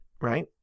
Right